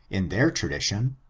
in their tra dition,